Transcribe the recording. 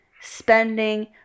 spending